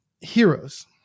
heroes